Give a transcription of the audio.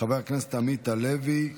חבר הכנסת עמית הלוי,